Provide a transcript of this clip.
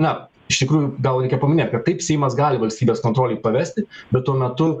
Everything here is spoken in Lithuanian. na iš tikrųjų gal reikia paminėt kad taip seimas gali valstybės kontrolei pavesti bet tuo metu